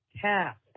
cat